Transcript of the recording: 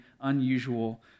unusual